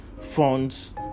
funds